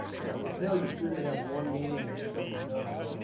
but i will tell you, if you're going to have one meeting and get something done,